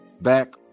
back